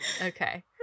Okay